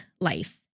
Life